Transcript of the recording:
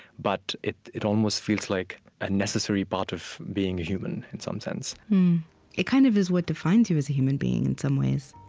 but it it almost feels like a necessary part of being a human, in some sense it kind of is what defines you as a human being, in some ways